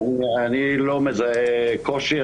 אני לא מזהה קושי,